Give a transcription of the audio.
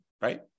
Right